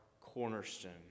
cornerstone